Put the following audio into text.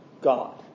God